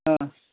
ହଁ